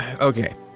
Okay